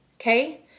Okay